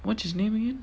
what's his name again